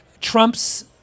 trumps